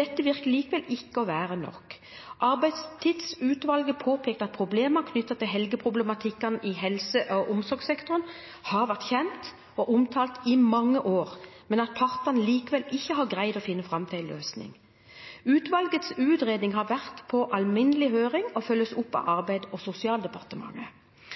Dette virker likevel ikke å være nok. Arbeidstidsutvalget påpekte at problemer knyttet til helgeproblematikken i helse- og omsorgssektoren har vært kjent og omtalt i mange år, men at partene likevel ikke har greid å finne fram til en løsning. Utvalgets utredning har vært på alminnelig høring og følges opp av